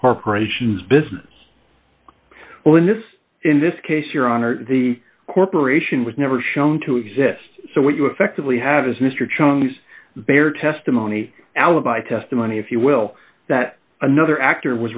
the corporation's business well in this in this case your honor the corporation was never shown to exist so what you effectively have is mr chung's bear testimony alibi testimony if you will that another actor